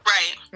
right